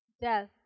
death